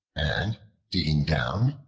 and digging down,